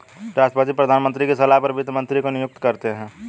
राष्ट्रपति प्रधानमंत्री की सलाह पर वित्त मंत्री को नियुक्त करते है